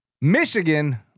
Michigan